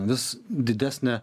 vis didesnė a